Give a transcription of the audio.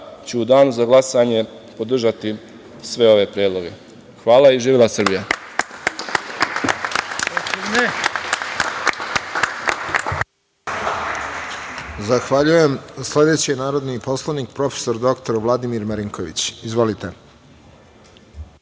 ću u danu za glasanje podržati sve ove predloge. Hvala i živela Srbija.